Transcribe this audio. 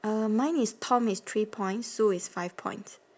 uh mine is tom is three points sue is five points